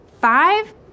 Five